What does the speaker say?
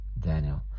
Daniel